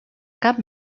cap